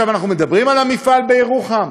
אנחנו מדברים על המפעל בירוחם.